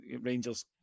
Rangers